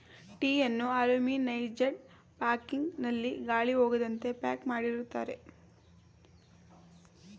ಟೀಯನ್ನು aluminized packing ನಲ್ಲಿ ಗಾಳಿ ಹೋಗದಂತೆ ಪ್ಯಾಕ್ ಮಾಡಿರುತ್ತಾರೆ